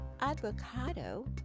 Avocado